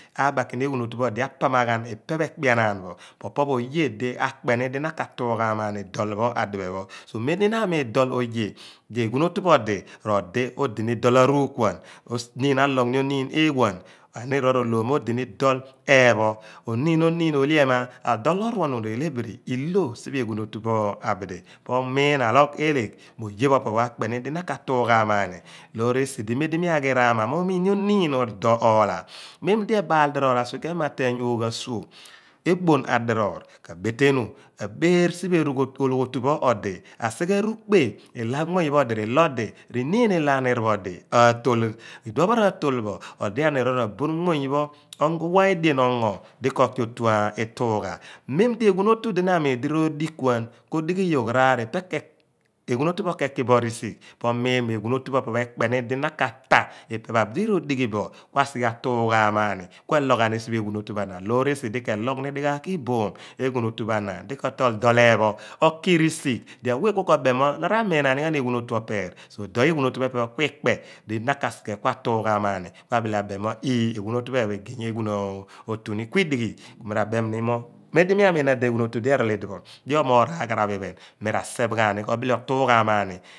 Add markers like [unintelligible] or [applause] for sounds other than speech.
Abaaki ni eghuun otu pho odi a pamaghan ipepho ekpeanaan bo po opo pho oye di ekpeni di na ka tuughan a ni dool pho adiphe pho so mem di na amiin dool oye di eghuun aruukuan [unintelligible] still oniin aloogh ni nyo niin eeghuan aniir pho rooloom mo odi ni dool eepho oniin ro oniin ilhe ema adool oruuounu re leebiri ilho sien olooghotupho abidi po miin aloogh eeleegh mo oye pho opopho akpeni di na ka tuughaam ani loor esi di mem di mi aghi raama miu miin nii oniin odoor oolha memdi ebaal diroor a/sokeeyn ma teeny oogh asuurgh ebon a/diroor ka/betenu a beir siphe eruugh ologhotuphe odi asoon r'uugbe ilo amuuny pho odi r'loor odi bele r'loor aniir pho odi amiteoghom aatooloogh iduopho ratool bo odi aniir pho rabuur muum muny pho owa edien engo di koor ki otuituugha mem dieghu un otu di na amiin mi roodijuan kodi ghi yough raar ipekeghuun otu pho keki bo risigh miin mo eghuun otupho epe pho ekpeni di na ka daaph idipho abidi rosighibo kuna a sighe ataamani kualoogh ghaani siphe phe ghuunotupho ana loor esidi keeloogh ni dighaagh iboom pa eghuun otu pho ana otool dool eepho okirisigh di awe ku koobeem mo na ramiin na nighan eghuun otu koọr peer edoor eghuun oru pho epe pho kuikpe di na ka sighe kua tuughaam aani abile abeem maani mo ieeh eghuun otu pho ephan pho egey eghuun otu kuidighi ku mira mem ni mo memdi miamiin eghuun otu dieerool idipho eghuun otu phe phen pho diomoogh igey araar ghaara mira seeph ghaani ko bile otughaa maani